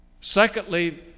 Secondly